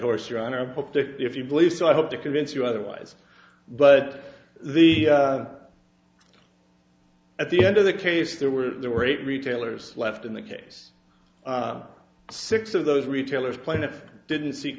horse your honor if you believe so i hope to convince you otherwise but the at the end of the case there were there were eight retailers left in the case six of those retailers plaintiff didn't seek